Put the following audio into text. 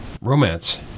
Romance